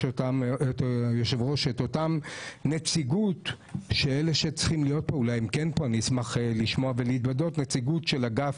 אותה נציגות שצריכה להיות פה, נציגות של אגף